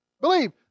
Believe